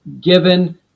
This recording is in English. given